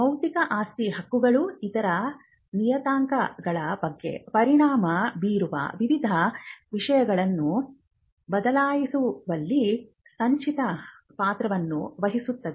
ಬೌದ್ಧಿಕ ಆಸ್ತಿ ಹಕ್ಕುಗಳು ಇತರ ನಿಯತಾಂಕಗಳ ಮೇಲೆ ಪರಿಣಾಮ ಬೀರುವ ವಿವಿಧ ವಿಷಯಗಳನ್ನು ಬದಲಾಯಿಸುವಲ್ಲಿ ಸಂಚಿತ ಪಾತ್ರವನ್ನು ವಹಿಸುತ್ತವೆ